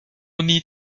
need